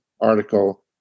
article